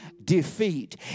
Defeat